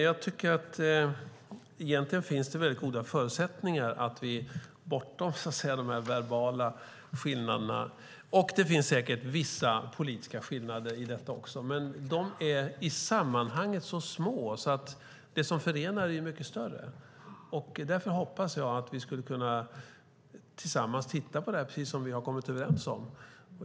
Fru talman! Egentligen finns det goda förutsättningar bortom de verbala skillnaderna. Det finns säkert vissa politiska skillnader i detta också, men de är i sammanhanget små. Det som förenar är mycket större. Därför hoppas jag att vi tillsammans ska kunna titta på det, precis som vi kommit överens om.